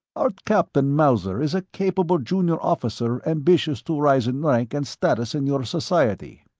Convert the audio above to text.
our captain mauser is a capable junior officer ambitious to rise in rank and status in your society.